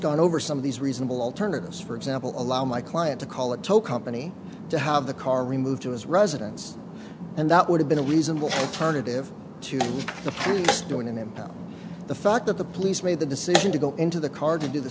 gone over some of these reasonable alternatives for example of allow my client to call a tow company to have the car removed to his residence and that would have been a reasonable target if to do it in and the fact that the police made the decision to go into the car to do the